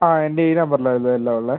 ആ എൻ്റെ ഈ നമ്പറിൽ ആ എല്ലാം ഉള്ളത്